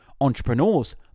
Entrepreneurs